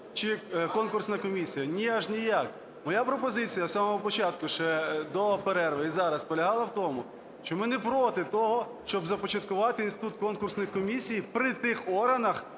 чи конкурсна комісія. Ні, аж ніяк. Моя пропозиція з самого початку ще до перерви і зараз полягала в тому, що ми не проти того, щоб започаткувати інститут конкурсних комісій при тих органах,